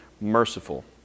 merciful